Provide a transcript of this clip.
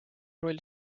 roll